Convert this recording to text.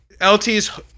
Lt's